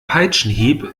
peitschenhieb